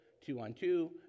two-on-two